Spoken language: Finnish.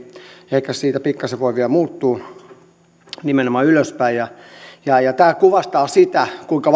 se siitä pikkaisen voi vielä muuttua nimenomaan ylöspäin ja ja tämä kuvastaa sitä kuinka